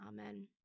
Amen